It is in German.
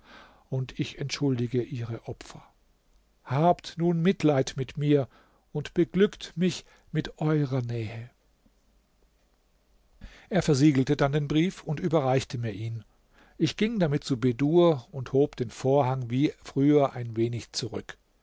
und ich entschuldige ihre opfer habt nun mitleid mit mir und beglückt mich mit eurer nähe er versiegelte dann den brief und überreichte mir ihn ich ging damit zu bedur und hob den vorhang wie früher ein wenig zurück